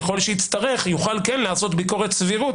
ככל שיצטרך יוכל כן לעשות ביקורת סבירות